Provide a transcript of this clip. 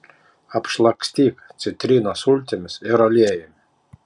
apšlakstyk citrinos sultimis ir aliejumi